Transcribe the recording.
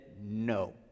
no